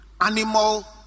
animal